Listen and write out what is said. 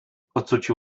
ocucił